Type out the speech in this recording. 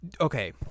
okay